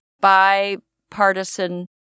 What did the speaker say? bipartisan